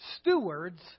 stewards